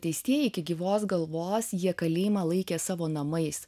teistieji iki gyvos galvos jie kalėjimą laikė savo namais